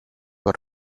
were